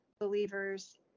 believers